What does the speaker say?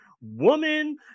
woman